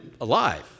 alive